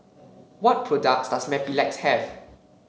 what products does Mepilex have